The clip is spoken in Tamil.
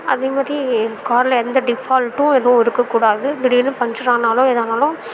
அதே மாதிரி காரில் எந்த டிஃபால்ட்டும் எதுவும் இருக்கக்கூடாது திடீர்னு பஞ்சர் ஆனாலும் எது ஆனாலும்